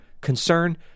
concern